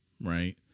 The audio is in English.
right